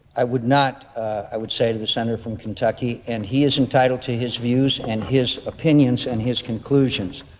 i would not, i would say to the senator from kentucky. and he is entitled to his views and his opinions and his conclusions.